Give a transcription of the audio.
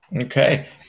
Okay